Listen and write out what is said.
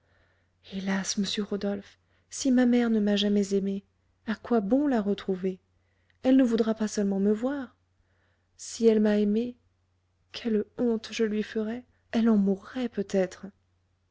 hélas monsieur rodolphe si ma mère ne m'a jamais aimée à quoi bon la retrouver elle ne voudra pas seulement me voir si elle m'a aimée quelle honte je lui ferais elle en mourrait peut-être